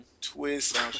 Twist